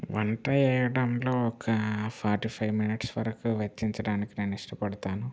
వంట చేయడంలో ఒక ఫార్టీ ఫైవ్ మినిట్స్ వరకు వెచ్చించటానికి నేను ఇష్టపడతాను